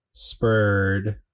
Spurred